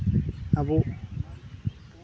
ᱟᱵᱚ